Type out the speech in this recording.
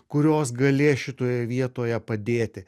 kurios galės šitoje vietoje padėti